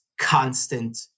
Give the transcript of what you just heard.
constant